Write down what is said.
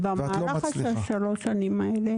ובמהלך שלוש השנים האלו